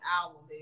album